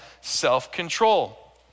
self-control